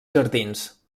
jardins